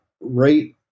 right